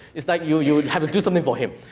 it's like you you have to do something for him.